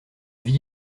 vie